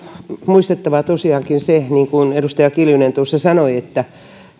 muistettava tosiaankin se niin kuin edustaja kiljunen tuossa sanoi että